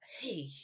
hey